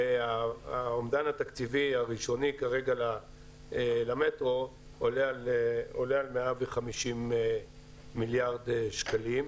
והאומדן התקציבי הראשוני כרגע למטרו עולה על 150 מיליארד שקלים.